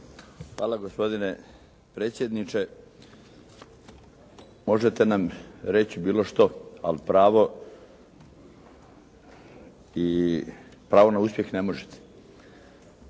Hvala gospodine predsjedniče. Možete nam reći bilo što, ali pravo i pravo na uspjeh ne možete.